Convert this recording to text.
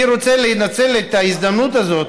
אני רוצה לנצל את ההזדמנות הזאת,